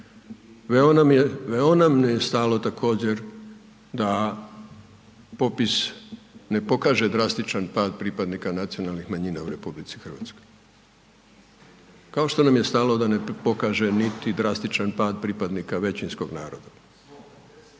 Veoma nam je stalo također da popis ne pokaže drastičan pad pripadnika nacionalnih manjina u RH, kao što nam je stalo da ne pokaže niti drastičan pad pripadnika većinskog naroda,